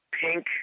pink